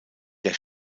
der